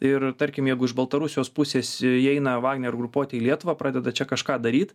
ir tarkim jeigu iš baltarusijos pusės įeina vagner grupuotė į lietuva pradeda čia kažką daryt